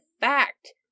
Fact